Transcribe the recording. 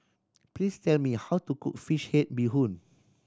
please tell me how to cook fish head bee hoon